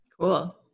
cool